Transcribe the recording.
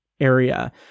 area